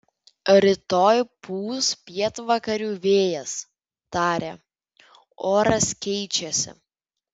rytoj pūs pietvakarių vėjas tarė oras keičiasi